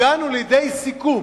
הגענו לידי סיכום,